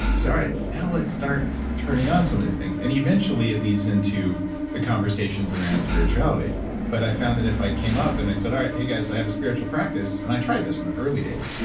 say, all right. now let's start turning on some of these things. and eventually it leads into the conversations around spirituality but i found that if i came up and i said, all right. hey guys, i have a spiritual practice, and i tried this in the early days.